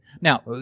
Now